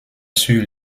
sur